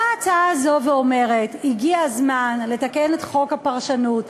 באה ההצעה הזו ואומרת: הגיע הזמן לתקן את חוק הפרשנות,